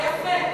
זה יפה.